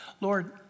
Lord